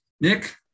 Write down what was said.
Nick